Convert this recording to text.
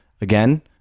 again